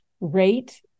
Rate